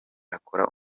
akora